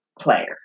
player